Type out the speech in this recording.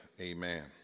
Amen